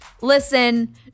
Listen